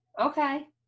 Okay